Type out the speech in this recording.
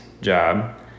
job